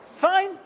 fine